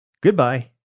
goodbye